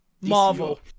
Marvel